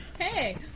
Hey